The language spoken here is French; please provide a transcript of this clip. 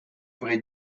vrai